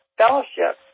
fellowship